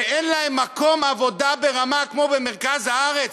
ואין להם מקום עבודה ברמה כמו שיש במרכז הארץ.